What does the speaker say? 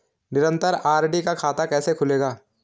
निरन्तर आर.डी का खाता कैसे खुलेगा?